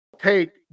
take